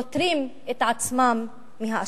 פוטרים את עצמם מהאשמה.